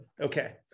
Okay